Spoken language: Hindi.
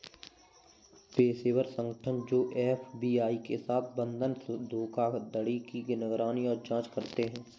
पेशेवर संगठन जो एफ.बी.आई के साथ बंधक धोखाधड़ी की निगरानी और जांच करते हैं